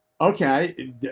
okay